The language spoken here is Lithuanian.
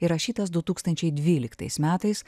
įrašytas du tūkstančiai dvyliktais metais